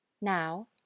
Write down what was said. Now